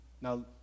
Now